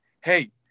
hey